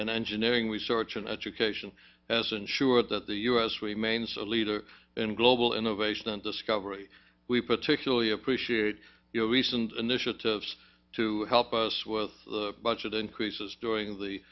and engineering research and education has ensured that the u s remains a leader in global innovation and discovery we particularly appreciate your recent initiatives to help us with the budget increases during